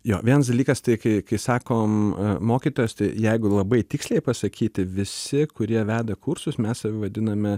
jo vienas dalykas tai kai kai sakom mokytojas jeigu labai tiksliai pasakyti visi kurie veda kursus mes save vadiname